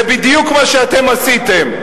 זה בדיוק מה שאתם עשיתם.